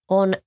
on